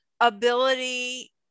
ability